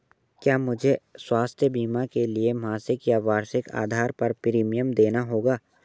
क्या मुझे स्वास्थ्य बीमा के लिए मासिक या वार्षिक आधार पर प्रीमियम देना होगा?